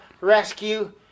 rescue